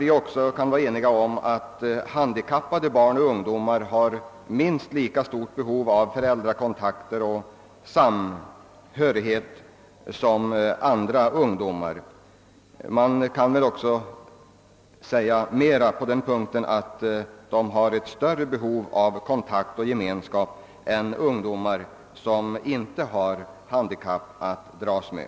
Vi är väl alla ense om att handikappade barn och ungdomar har ett minst lika stort behov av föräldrakontakt och samhörighet som andra ungdomar — ja, deras behov av kontakt och gemenskap är t.o.m. större än hos de ungdomar som inte har något handikapp att dras med.